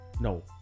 No